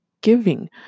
giving